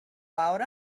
out